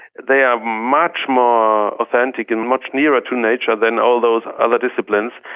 they are much more authentic and much nearer to nature than all those other disciplines,